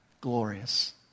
Glorious